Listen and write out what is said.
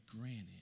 granted